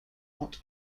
not